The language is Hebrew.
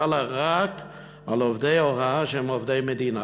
חלה רק על עובדי הוראה שהם עובדי מדינה.